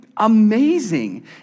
amazing